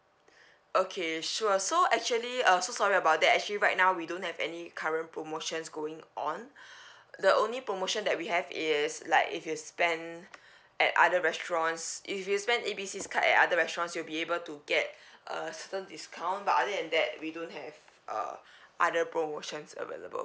okay sure so actually uh so sorry about that actually right now we don't have any current promotions going on the only promotion that we have is like if you spend at other restaurants if you spend A B C's card at other restaurants you'll be able to get uh certain discount but other than that we don't have uh other promotions available